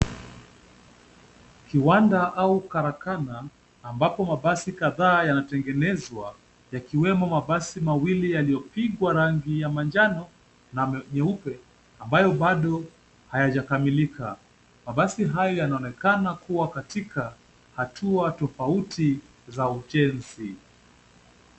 Kiwanda au karakana ambapo mabasi kadhaa yanatengenezwa yakiwemo mabasi mawili yaliyopigwa rangi ya manjano na nyeupe ambayo bado hayajakamilika. Mabasi hayo yanaonekana kuwa katika hatua tofauti za ujenzi.